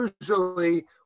usually